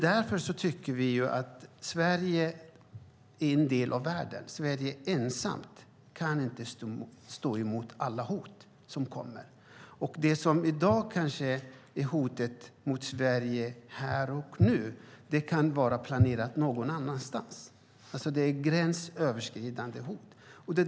Vi anser att Sverige är en del av världen. Sverige kan inte ensamt stå emot alla hot som kommer. Det som kanske är hotet mot Sverige här och nu kan vara planerat någon annanstans - det är gränsöverskridande hot.